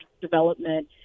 development